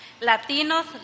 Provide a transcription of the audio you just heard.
Latinos